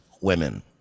women